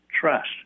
trust